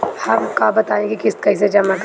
हम का बताई की किस्त कईसे जमा करेम?